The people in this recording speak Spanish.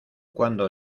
cuando